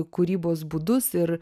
kūrybos būdus ir